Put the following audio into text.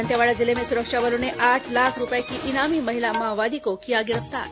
दंतेवाड़ा जिले में सुरक्षा बलों ने आठ लाख रूपए की इनामी महिला माओवादी को किया गिरफ्तार